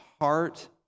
heart